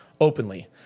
openly